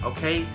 Okay